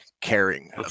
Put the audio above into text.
caring